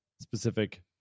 specific